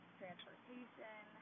transportation